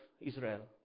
Israel